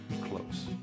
close